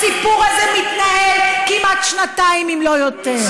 הסיפור הזה מתנהל כמעט שנתיים, אם לא יותר.